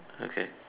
okay